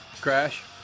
Crash